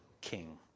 king